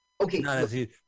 okay